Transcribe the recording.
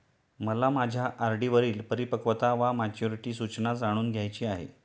मला माझ्या आर.डी वरील परिपक्वता वा मॅच्युरिटी सूचना जाणून घ्यायची आहे